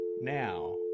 Now